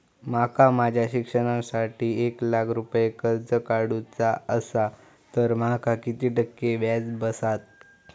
माका माझ्या शिक्षणासाठी एक लाख रुपये कर्ज काढू चा असा तर माका किती टक्के व्याज बसात?